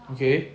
okay